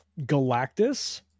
Galactus